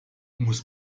muss